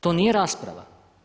To nije rasprava.